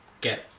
get